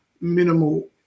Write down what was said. minimal